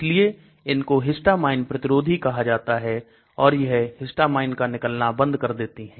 इसलिए इनको Histamine प्रतिरोधी कहा जाता है और यह Histamine का निकलना बंद कर देती हैं